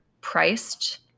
priced